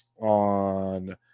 on